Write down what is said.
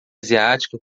asiática